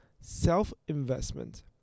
self-investment